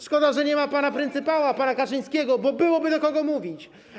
Szkoda, że nie ma pana pryncypała, pana Kaczyńskiego, bo byłoby do kogo mówić.